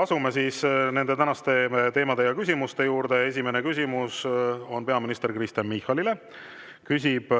Asume nende tänaste teemade ja küsimuste juurde. Esimene küsimus on peaminister Kristen Michalile, küsib